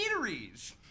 eateries